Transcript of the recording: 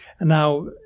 Now